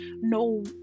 No